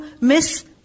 miss